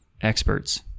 experts